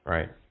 Right